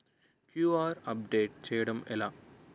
QR update చేయడం ఎలా?